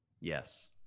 Yes